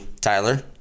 Tyler